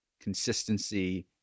consistency